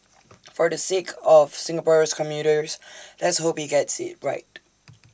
for the sake of Singapore's commuters let's hope he gets IT right